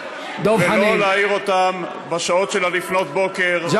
ולא להעיר אותם בשעות של לפנות בוקר,